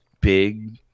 big